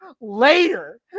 later